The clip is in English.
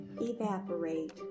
evaporate